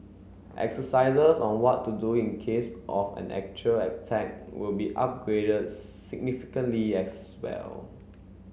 exercises on what to do in case of an actual attack will be upgraded significantly as well